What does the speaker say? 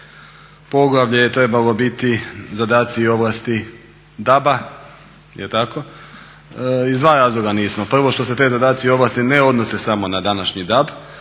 poglavlje je trebalo biti zadaci i ovlasti DAB-a, iz dva razloga nismo. prvo, što se ti zadaci i ovlasti ne odnose samo na današnji DAB